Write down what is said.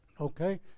okay